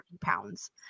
pounds